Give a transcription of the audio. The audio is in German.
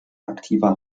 aktiver